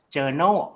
Journal